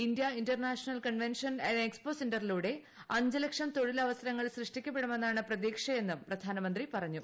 India international convention and expo സെന്ററിലൂടെ അഞ്ച് ലക്ഷം തൊഴിലവസരങ്ങൾ സൃഷ്ടിക്കപ്പെടുമെന്നാണ് പ്രതീക്ഷയെന്നും പ്രധാനമന്ത്രി പറഞ്ഞു